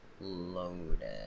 loaded